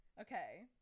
Okay